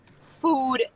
food